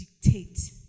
dictate